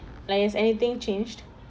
like is anything changed